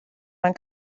man